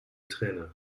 trainer